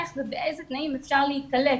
באיזה תנאים אפשר להיקלט.